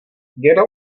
děda